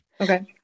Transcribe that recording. okay